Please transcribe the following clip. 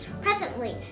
Presently